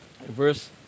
Verse